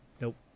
Nope